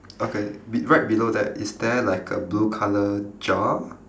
okay b~ right below that is there like a blue colour jar